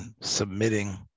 submitting